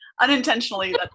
unintentionally